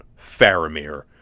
Faramir